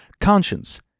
Conscience